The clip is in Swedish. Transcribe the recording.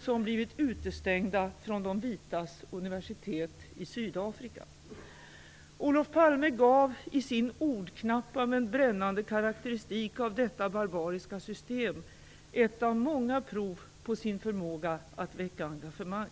som blivit utestängda från de vitas universitet i Sydafrika. Olof Palme gav i sin ordknappa, men brännande, karakteristik av detta barbariska system ett av många prov på sin förmåga att väcka engagemang.